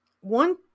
one